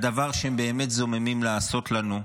הדבר שהם באמת זוממים לעשות לנו,